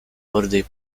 birthday